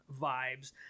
vibes